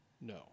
No